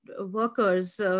workers